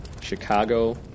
Chicago